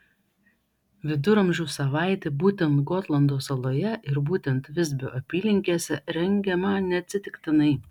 viduramžių savaitė būtent gotlando saloje ir būtent visbio apylinkėse rengiama neatsitiktinai